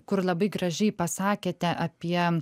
kur labai gražiai pasakėte apie